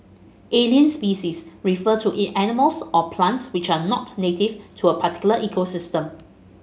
alien species refer to animals or plants which are not native to a particular ecosystem